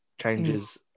changes